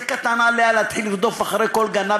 זה קטן עליה להתחיל לרדוף אחרי כל גנב